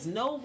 no